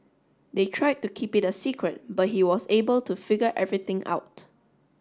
they tried to keep it a secret but he was able to figure everything out